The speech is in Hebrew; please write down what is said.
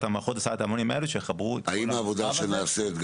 מערכות הסעת ההמונים האלה שיחברו את כל המרחב הזה,